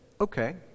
okay